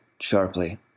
sharply